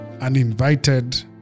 uninvited